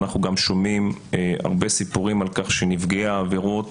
ואנחנו גם שומעים הרבה סיפורים על כך שנפגעי העבירות